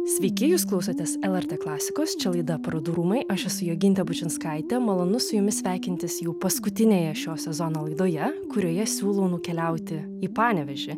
sveiki jūs klausotės lrt klasikos čia laida parodų rūmai aš esu jogintė bučinskaitė malonu su jumis sveikintis jau paskutinėje šio sezono laidoje kurioje siūlau nukeliauti į panevėžį